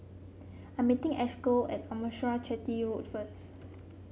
I'm meeting Ashleigh at Arnasalam Chetty Road first